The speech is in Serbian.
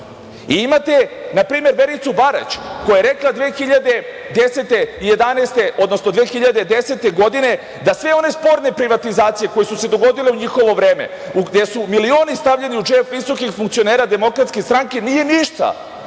imate Vericu Barać koja je rekla 2010. godine, da sve one sporne privatizacije koje su se dogodile u njihovo vreme, gde su milioni stavljeni u džep visokih funkcionera Demokratske stranke nije ništa